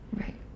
Right